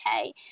okay